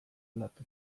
aldatu